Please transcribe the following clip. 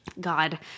god